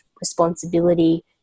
responsibility